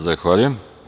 Zahvaljujem.